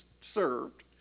served